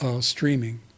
streaming